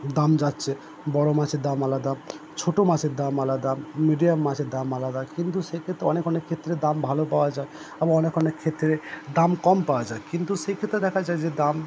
দাম যাচ্ছে বড়ো মাছের দাম আলাদা ছোটো মাছের দাম আলাদা মিডিয়াম মাছের দাম আলাদা কিন্তু সেক্ষেত্রে অনেক অনেক ক্ষেত্রে দাম ভালো পাওয়া যায় আবার অনেক অনেক ক্ষেত্রে দাম কম পাওয়া যায় কিন্তু সেইক্ষেত্রে দেখা যায় যে দাম